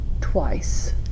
twice